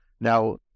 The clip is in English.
Now